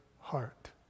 heart